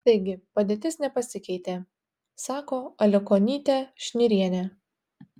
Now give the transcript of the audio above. taigi padėtis nepasikeitė sako aliukonytė šnirienė